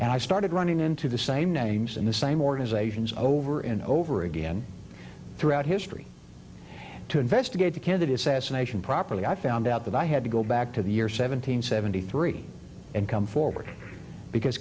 and i started running into the same names and the same organizations over and over again throughout history to investigate the candidates as a nation properly i found out that i had to go back to the year seven hundred seventy three and come forward because